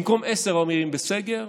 במקום עשר ערים בסגר,